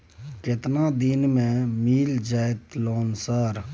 केतना दिन में मिल जयते लोन सर?